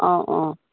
অঁ অঁ